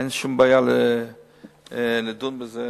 אין שום בעיה לדון בזה,